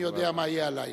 מי יודע מה יהיה הלילה.